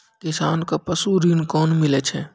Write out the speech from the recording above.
किसान कऽ पसु ऋण कोना मिलै छै?